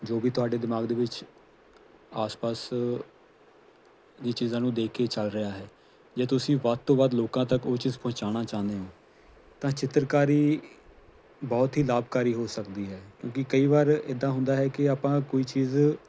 ਜੋ ਵੀ ਤੁਹਾਡੇ ਦਿਮਾਗ ਦੇ ਵਿੱਚ ਆਸ ਪਾਸ ਦੀ ਚੀਜ਼ਾਂ ਨੂੰ ਦੇਖ ਕੇ ਚੱਲ ਰਿਹਾ ਹੈ ਜੇ ਤੁਸੀਂ ਵੱਧ ਤੋਂ ਵੱਧ ਲੋਕਾਂ ਤੱਕ ਉਹ ਚੀਜ਼ ਪਹੁੰਚਾਉਣਾ ਚਾਹੁੰਦੇ ਹੋ ਤਾਂ ਚਿੱਤਰਕਾਰੀ ਬਹੁਤ ਹੀ ਲਾਭਕਾਰੀ ਹੋ ਸਕਦੀ ਹੈ ਕਿਉਂਕੀ ਕਈ ਵਾਰ ਇੱਦਾਂ ਹੁੰਦਾ ਹੈ ਕਿ ਆਪਾਂ ਕੋਈ ਚੀਜ਼